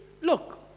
look